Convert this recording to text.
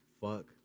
fuck